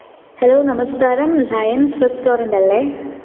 hello നമസ്ക്കാരം ഹയന്സ് റെസ്റ്റോറൻറ്റല്ലേ